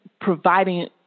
providing